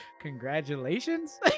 Congratulations